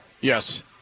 Yes